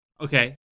Okay